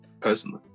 personally